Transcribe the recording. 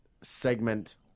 segment